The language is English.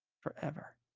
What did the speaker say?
forever